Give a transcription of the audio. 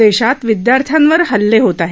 देशात विद्यार्थ्यांवर हल्ले होत आहेत